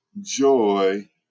joy